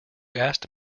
asked